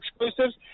exclusives